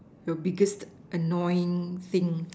your biggest annoying thing